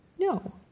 No